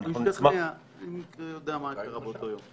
במקרה, אני יודע מה קרה באותו יום.